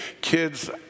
kids